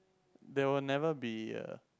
there will never be a